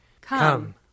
Come